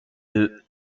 deux